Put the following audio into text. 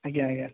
ଆଜ୍ଞା ଆଜ୍ଞା